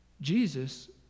Jesus